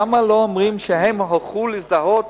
למה לא אומרים שהם הלכו להזדהות